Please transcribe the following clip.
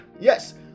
Yes